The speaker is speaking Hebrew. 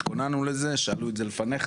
התכוננו לזה, שאלו את זה לפניך.